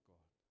God